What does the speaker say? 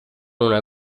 una